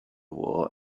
war